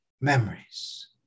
memories